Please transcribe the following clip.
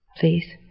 please